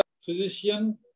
physician